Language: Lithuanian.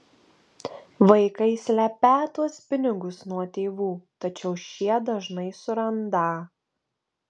vaikai slepią tuos pinigus nuo tėvų tačiau šie dažnai surandą